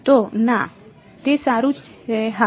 તો ના તે સારું છે હા